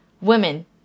Women